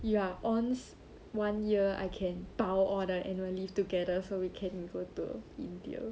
you are ons one year I can 把 all the annual leave together so we can go to india